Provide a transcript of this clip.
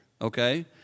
okay